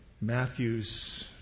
Matthew's